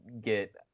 get